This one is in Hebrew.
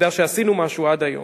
עובדה שעשינו משהו עד היום.